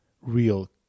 real